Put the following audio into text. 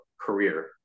career